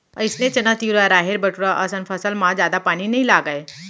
अइसने चना, तिंवरा, राहेर, बटूरा असन फसल म जादा पानी नइ लागय